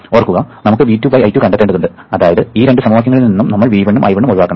ഓർക്കുക നമുക്ക് V2 I2 കണ്ടെത്തേണ്ടതുണ്ട് അതായത് ഈ രണ്ട് സമവാക്യങ്ങളിൽ നിന്നും നമ്മൾ V1 ഉം I1 ഉം ഒഴിവാക്കണം